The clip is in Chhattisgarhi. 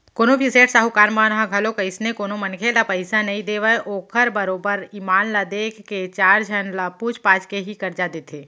कोनो भी सेठ साहूकार मन ह घलोक अइसने कोनो मनखे ल पइसा नइ देवय ओखर बरोबर ईमान ल देख के चार झन ल पूछ पाछ के ही करजा देथे